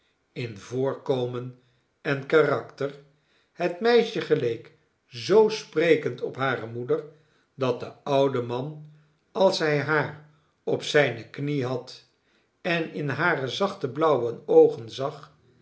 in voorkomen en karakter het meisje geleek zoo sprekend op hare moeder dat de oude man als hij haar op zijne knie had en in hare zachte blauwe oogen zag